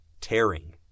tearing